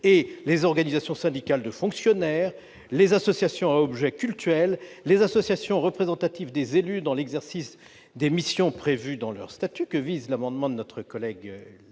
Les organisations syndicales de fonctionnaires, les associations à objet cultuel, les associations représentatives des élus dans l'exercice des missions prévues dans leur statut, visées par l'amendement de notre collègue